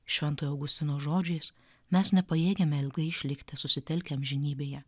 šventojo augustino žodžiais mes nepajėgiame ilgai išlikti susitelkę amžinybėje